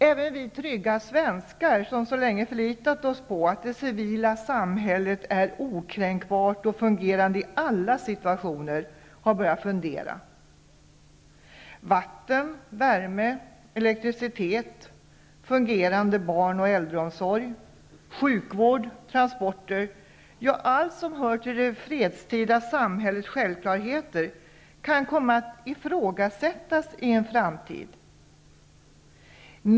Även vi trygga svenskar, som så länge förlitat oss på att det civila samhället är okränkbart och fungerande i alla situationer, har börjat fundera. Vatten, värme, elektricitet, fungerande barn och äldreomsorg, sjukvård, transporter, ja, allt som hör till det fredstida samhällets självklarheter, kan komma att ifrågasättas i en framtid.